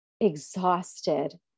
exhausted